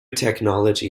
technology